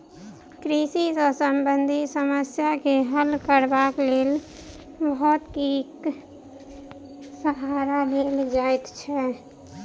कृषि सॅ संबंधित समस्या के हल करबाक लेल भौतिकीक सहारा लेल जाइत छै